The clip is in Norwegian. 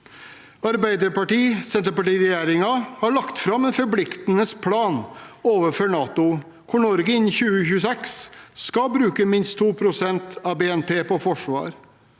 Arbeiderparti– Senterparti-regjeringen har lagt fram en forpliktende plan overfor NATO, hvor Norge innen 2026 skal bruke minst 2 pst. av BNP på forsvar.